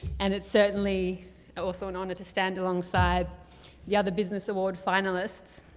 and it's certainly also an honor to stand alongside the other business award finalists.